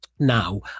Now